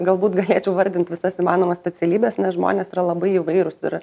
galbūt galėčiau vardint visas įmanomas specialybes nes žmonės yra labai įvairūs ir